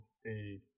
stay